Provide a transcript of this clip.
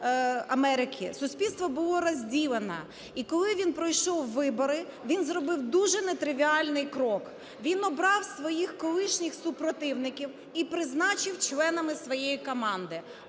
суспільство було розділене, і коли він пройшов вибори, він зробив дуже нетривіальний крок – він обрав своїх колишніх супротивників і призначив членами своєї команди.